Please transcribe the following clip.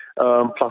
Plus